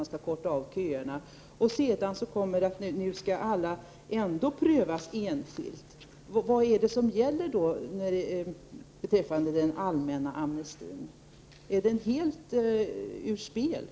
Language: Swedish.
I dagarna har iranska pojkar som kom hit 1987 fått besked av invandrarverket om utvisning.